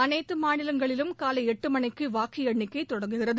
அனைத்து மாநிலங்களிலும் காலை எட்டு மணிக்கு வாக்கு எண்ணிக்கை தொடங்குகிறது